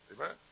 Amen